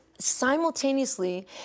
Simultaneously